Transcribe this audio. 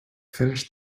finished